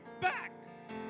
back